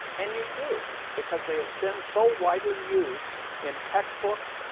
and you do, because they have been so widely used in textbooks,